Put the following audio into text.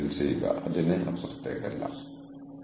network നിലനിർത്താനുള്ള വഴിയും അതാണ്